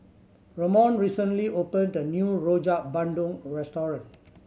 Ramon recently opened a new Rojak Bandung restaurant